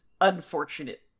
unfortunate